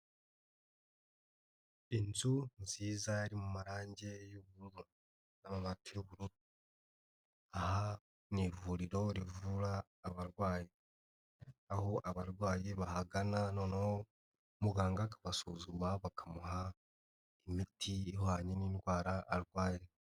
Inzu nziza iri mu marangi y'ubururu amabati y'ubururu, aha ni ivuriro rivura abarwayi aho abarwayi bahagana noneho muganga akabasuzuma bakamuha imiti ihwanye n'indwara arwaye.